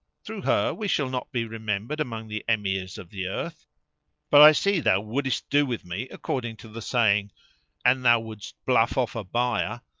through her we shall not be remembered among the emirs of the earth but i see thou wouldest do with me according to the saying an thou wouldst bluff off a buyer,